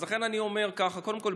אז לכן אני אומר כך: קודם כול,